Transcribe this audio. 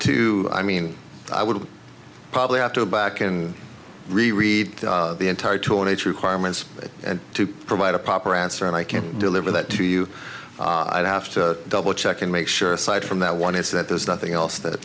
to i mean i would probably have to go back and reread the entire tornado requirements to provide a proper answer and i can't deliver that to you i'd have to double check and make sure cite from that one is that there's nothing else that